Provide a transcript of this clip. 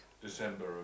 December